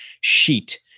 sheet